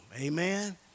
Amen